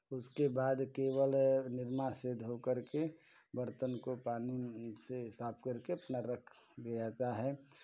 उसके बाद केवल निरमा से धो कर के बर्तन को पानी से साफ करके अपना रख दिया जाता है